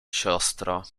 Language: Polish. siostro